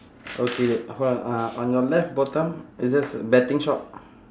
okay wait hold on uh on your left bottom is there betting shop